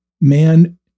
man